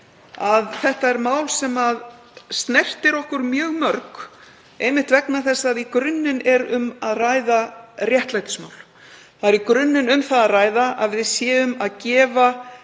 að þetta er mál sem snertir okkur mjög mörg, einmitt vegna þess að í grunninn er um að ræða réttlætismál. Það er í grunninn um það að ræða að við séum að gefa